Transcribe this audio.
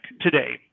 today